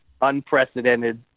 unprecedented